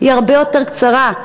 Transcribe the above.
הרבה יותר קצרה.